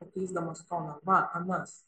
pakeisdamas toną va anas